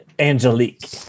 Angelique